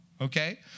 okay